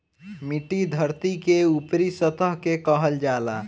मिट्टी धरती के ऊपरी सतह के कहल जाला